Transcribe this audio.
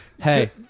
Hey